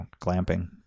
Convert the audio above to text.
clamping